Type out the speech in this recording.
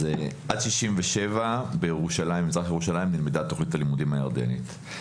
עד 1967 במזרח ירושלים נלמדה תוכנית הלימודים הירדנית.